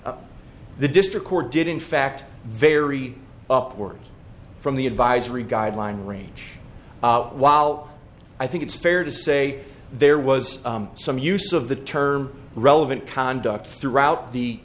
the district court did in fact very upward from the advisory guideline range while i think it's fair to say there was some use of the term relevant conduct throughout the